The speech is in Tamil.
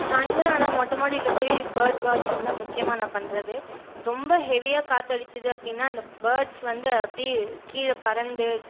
சாய்ந்தரம் ஆனால் மொட்டைமாடில போய் பேர்ட்ஸ் வாச்சிங் தான் முக்கியமாக நான் பண்ணுறது ரொம்ப ஹெவியாக காற்றடிச்சிது அப்படின்னா அந்த பேர்ட்ஸ் வந்து அப்படி கீழே பறந்து